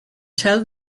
tell